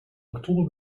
oktober